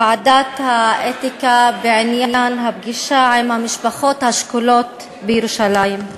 לוועדת האתיקה בעניין הפגישה עם המשפחות השכולות בירושלים: